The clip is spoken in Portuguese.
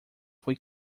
foi